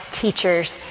teachers